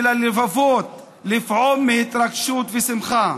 וללבבות לפעום מהתרגשות ומשמחה.